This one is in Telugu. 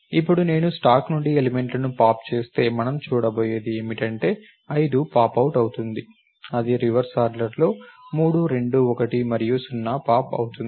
ఇప్పుడు నేను స్టాక్ నుండి ఎలిమెంట్లను పాప్ చేస్తే మనం చూడబోయేది ఏమిటంటే 5 పాప్ అవుట్ అవుతుంది అది రివర్స్ ఆర్డర్లో 3 2 1 మరియు 0 పాప్ అవుతుంది